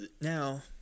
now